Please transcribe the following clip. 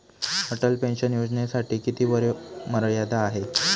Atal pension योजनेसाठी किती वयोमर्यादा आहे?